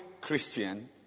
Christian